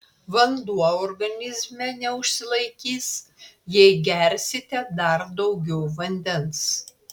vanduo organizme neužsilaikys jei gersite dar daugiau vandens